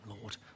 Lord